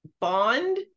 bond